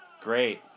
Great